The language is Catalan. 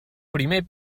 primer